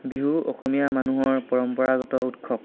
বিহু অসমীয়া মানুহৰ পৰম্পৰাগত উৎসৱ